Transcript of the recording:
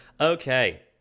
Okay